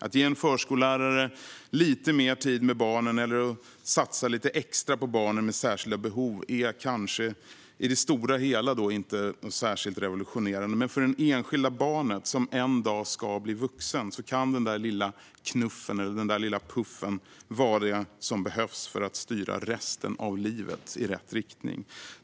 Att ge en förskollärare lite mer tid med barnen eller att satsa lite extra på barn med särskilda behov är kanske i det stora hela inget revolutionerande. Men för det enskilda barnet som en dag ska bli vuxen kan den där lilla knuffen vara det som behövs för att styra resten av livet i rätt riktning.